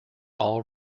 all